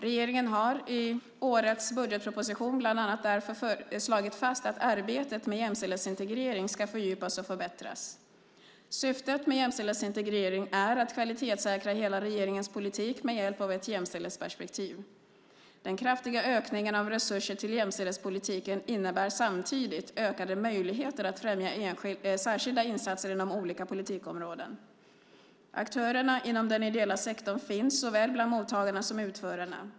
Regeringen har i årets budgetproposition bland annat därför slagit fast att arbetet med jämställdhetsintegrering ska fördjupas och förbättras. Syftet med jämställdhetsintegrering är att kvalitetssäkra hela regeringens politik med hjälp av ett jämställdhetsperspektiv. Den kraftiga ökningen av resurser till jämställdhetspolitiken innebär samtidigt ökade möjligheter att främja särskilda insatser inom olika politikområden. Aktörerna inom den ideella sektorn finns bland såväl mottagarna som utförarna.